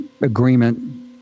agreement